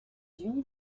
unis